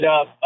up